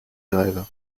grèves